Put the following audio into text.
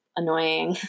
annoying